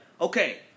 okay